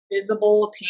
visible